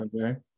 Okay